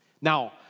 Now